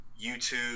YouTube